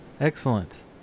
Excellent